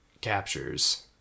captures